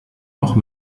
noch